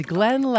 Glenn